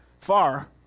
far